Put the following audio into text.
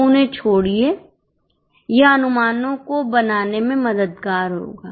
तो उन्हें छोड़िए यह अनुमानों को बनाने में मददगार होगा